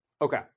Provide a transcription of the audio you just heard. Okay